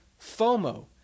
FOMO